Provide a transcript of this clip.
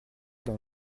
dans